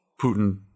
Putin